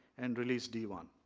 and release d one.